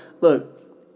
look